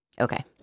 Okay